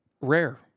Rare